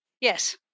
Yes